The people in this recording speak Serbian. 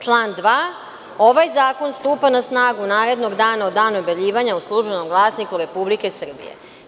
Član 2.– Ovaj zakon stupa na snagu narednog dana od dana objavljivanja u „Službenom glasniku Republike Srbije“